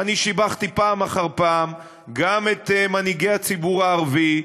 אני שיבחתי פעם אחר פעם גם את מנהיגי הציבור הערבי,